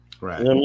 Right